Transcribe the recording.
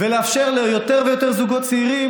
ולאפשר ליותר ויותר זוגות צעירים